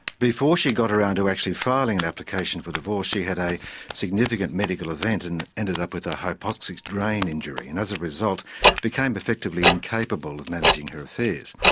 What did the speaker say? before she got around to actually filing an application for divorce she had a significant medical event and ended up with a hypoxic brain injury, and as a result became affectively incapable of managing her affairs.